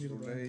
מסלולי